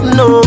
no